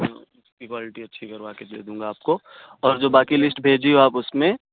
اس کی کوالٹی اچھی کروا کے دے دوں گا آپ کو اور جو باقی لسٹ بھیجی ہو آپ اس میں